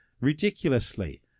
ridiculously